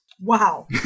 wow